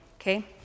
Okay